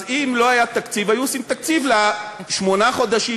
אז אם לא היה תקציב היו עושים תקציב לשמונת החודשים,